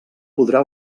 podrà